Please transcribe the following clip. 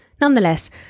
Nonetheless